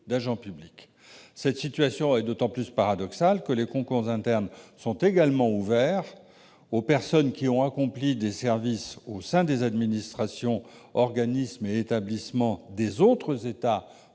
Cela est d'autant plus paradoxal que les concours internes sont ouverts aux personnes qui ont accompli des services au sein des administrations, organismes et établissements des autres États membres